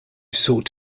sought